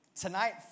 Tonight